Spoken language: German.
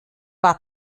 war